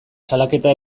salaketa